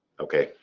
okay,